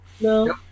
no